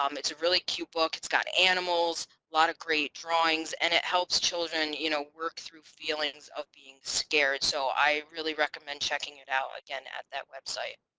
um it's a really cute book it's got animals a lot of great drawings and it helps children you know work through feelings of being scared so i really recommend checking it out again at that website.